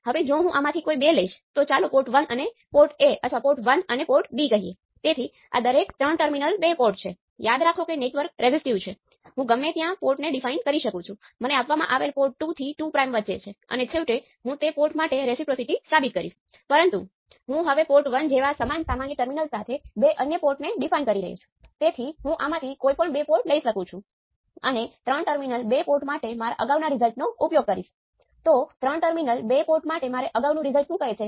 હવે Vi નો એક ભાગ કે જે Vd પર આવે છે તે ઓપ એમ્પ હતી પરંતુ કેટલાક કિસ્સાઓમાં તે એકદમ જટિલ હોઈ શકે છે